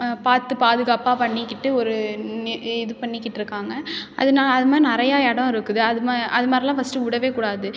பார்த்துப் பாதுகாப்பாக பண்ணிக்கிட்டு ஒரு இது பண்ணிக்கிட்டிருக்காங்க அதனா அது மாதிரி நிறையா இடம் இருக்குது அது மா அது மாதிரில்லாம் ஃபஸ்ட்டு விடவேக் கூடாது